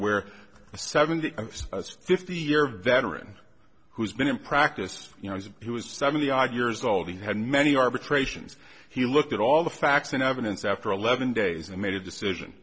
where a seven hundred fifty year veteran who's been in practice you know if he was seventy years old he had many arbitrations he looked at all the facts in evidence after eleven days and made a decision